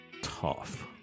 tough